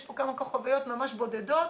יש פה כמה כוכביות ממש בודדות.